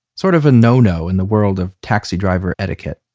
sort of a no no in the world of taxi driver etiquette.